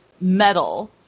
metal